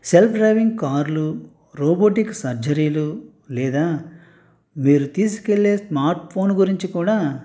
self driving కార్లు robotic సర్జరీలు లేదా మీరు తీసుకెళ్ళే స్మార్ట్ ఫోన్ గురించి కూడా